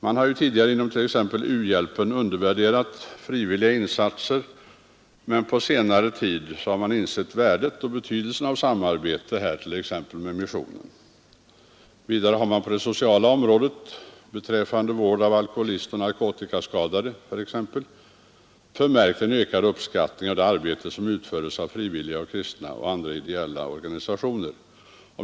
Man har ju tidigare inom t.ex. u-hjälpen undervärderat frivilliga insatser, men på senare tid har man insett värdet och betydelsen av samarbete, t.ex. med missionen. Vidare har man på det sociala området — bl.a. beträffande vård av alkoholister och narkotikaskadade — förmärkt en ökad uppskattning av det arbete som utföres av frivilliga, kristna och andra ideella organisationer.